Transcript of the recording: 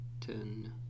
ten